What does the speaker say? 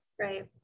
Right